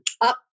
up